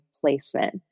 placement